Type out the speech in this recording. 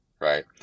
right